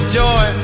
joy